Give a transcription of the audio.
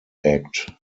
act